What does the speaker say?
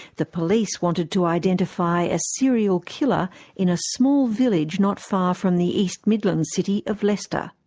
the police wanted to identify a serial killer in a small village not far from the east midlands city of leicester.